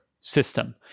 system